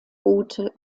route